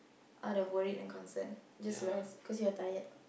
out of worry and concern just rest cause you're tired